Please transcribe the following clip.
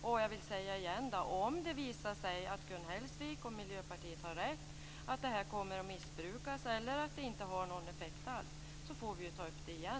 Men jag vill upprepa att om det visar sig att Gun Hellsvik och Miljöpartiet har rätt, att detta kommer att missbrukas eller att det inte har någon effekt alls, får vi naturligtvis ta upp det igen.